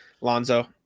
Lonzo